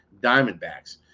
Diamondbacks